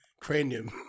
Cranium